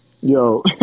yo